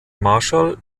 marshall